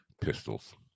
pistols